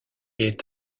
est